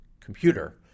Computer